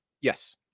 yes